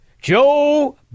Joe